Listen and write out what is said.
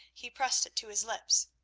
he pressed it to his lips.